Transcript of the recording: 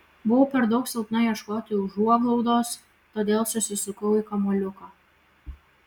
buvau per daug silpna ieškoti užuoglaudos todėl susisukau į kamuoliuką